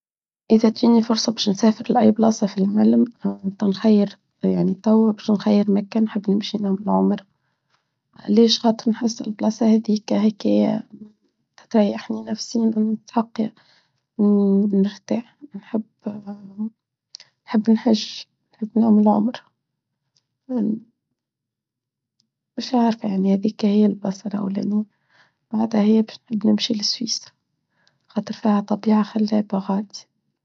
إذا تجيني فرصة بش نسافر لأي بلاثة في العالم بش نخير مكة نحب نمشي نعمل عمر ليش خاطر نحصل بلاثة هذيكة هكية تتريحني نفسي أنا متحقية نرتاح نحب نحج نحب نعمل عمر مش عارفة يعني هذيكة هي البلاثة الأولانية بعدها هي بش نحب نمشي لسويسرا خاطر فيها طبيعة خلابة غادي.